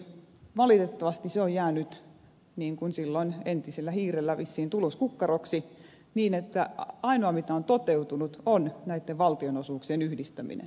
valitettavasti se on jäänyt niin kuin silloin entisellä hiirellä vissiin tuluskukkaroksi niin että ainoa mitä on toteutunut on näitten valtionosuuksien yhdistäminen